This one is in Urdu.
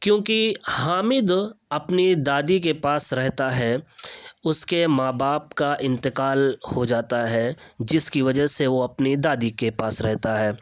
کیونکہ حامد اپنی دادی کے پاس رہتا ہے اس کے ماں باپ کا انتقال ہو جاتا ہے جس کی وجہ سے وہ اپنی دادی کے پاس رہتا ہے